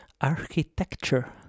Architecture